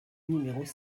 numéros